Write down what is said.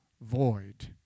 void